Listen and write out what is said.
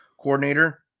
coordinator